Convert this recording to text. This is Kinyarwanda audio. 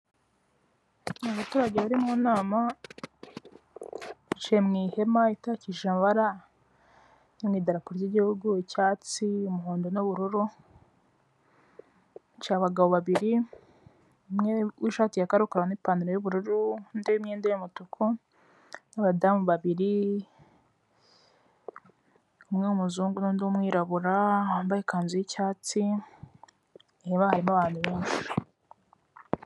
Abaturage bari munama bicaye mu ihema itakishije amabara mu idarapo ry'igihugu icyatsi, umuhondo n'ubururu hicaye abagabo babiri umwe w'ishati ya karokaro n'ipantaro y'ubururu undi imyenda y'umutuku n'abadamu babiri umwe w'umuzungu undi w'umwirabura wambaye ikanzu y'icyatsi harimo abantu benshi.